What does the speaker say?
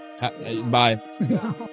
Bye